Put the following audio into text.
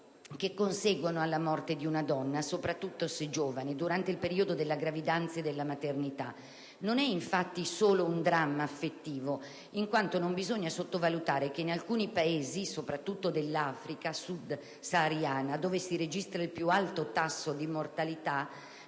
che conseguono alla morte di una donna, soprattutto se giovane, durante il periodo della gravidanza e della maternità. Non è solo un dramma affettivo, in quanto non bisogna sottovalutare il fatto che in alcuni Paesi, soprattutto dell'Africa *sub* sahariana (dove si registra il più alto tasso di mortalità),